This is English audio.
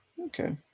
Okay